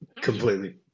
completely